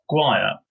Guire